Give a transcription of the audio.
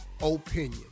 opinion